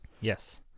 Yes